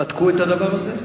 בדקו את הדבר הזה?